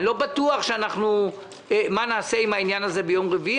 אני לא בטוח מה נעשה עם העניין הזה ביום רביעי,